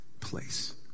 place